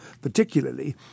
particularly